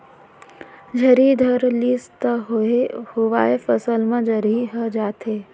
झड़ी धर लिस त होए हुवाय फसल म जरई आ जाथे